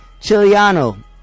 Chiliano